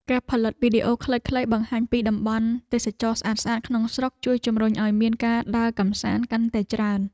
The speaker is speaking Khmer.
ការផលិតវីដេអូខ្លីៗបង្ហាញពីតំបន់ទេសចរណ៍ស្អាតៗក្នុងស្រុក ជួយជម្រុញឱ្យមានការដើរកម្សាន្តកាន់តែច្រើន។